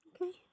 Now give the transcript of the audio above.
Okay